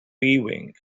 weaving